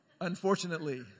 Unfortunately